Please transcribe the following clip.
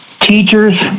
Teachers